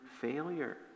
failure